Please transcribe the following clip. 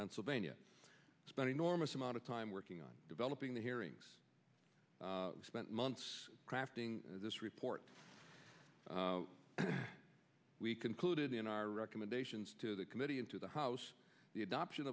pennsylvania spent enormous amount of time working on developing the hearings spent months crafting this report we concluded in our recommendations to the committee and to the house the adoption